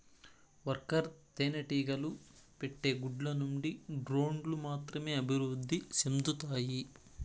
worker తేనెటీగలు పెట్టే గుడ్ల నుండి డ్రోన్లు మాత్రమే అభివృద్ధి సెందుతాయి